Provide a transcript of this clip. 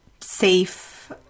safe